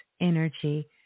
energy